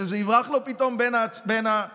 שזה יברח לו פתאום בין האצבעות,